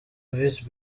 visi